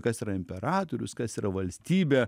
kas yra imperatorius kas yra valstybė